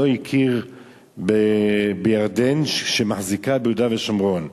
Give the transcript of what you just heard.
לא הכיר בירדן שמחזיקה ביהודה ושומרון.